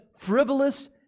frivolous